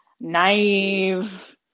naive